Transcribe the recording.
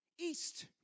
east